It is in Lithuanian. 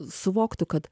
suvoktų kad